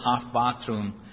half-bathroom